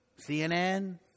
CNN